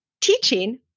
teaching